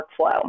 workflow